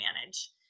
manage